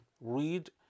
read